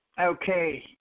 Okay